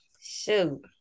shoot